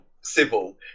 civil